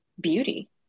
beauty